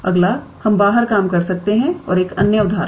अगला हम बाहर काम कर सकते हैं और एक अन्य उदाहरण